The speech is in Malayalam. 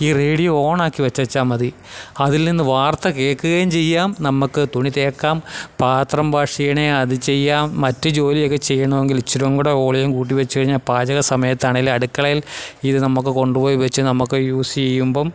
ഈ റേഡിയോ ഓണാക്കി വച്ചേച്ചാൽ മതി അതിൽ നിന്ന് വാർത്ത കേൾക്കുകയും ചെയ്യാം നമ്മൾക്ക് തുണി തേക്കാം പാത്രം വാഷ് ചെയ്യണമെങ്കിൽ അത് ചെയ്യാം മറ്റു ജോലിയൊക്കെ ചെയ്യണമെങ്കിൽ ഇച്ചിരിയുംകൂടി വോളിയം കൂട്ടിവെച്ചു കഴിഞ്ഞാൽ പാചക സമയത്താണെങ്കിലും അടുക്കളയിൽ ഇത് നമുക്ക് കൊണ്ടുപോയി വെച്ച് നമുക്ക് യൂസ് ചെയ്യുമ്പം